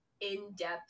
in-depth